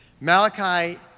Malachi